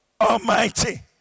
Almighty